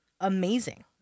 amazing